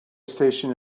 station